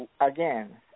again